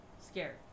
scared